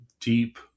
deep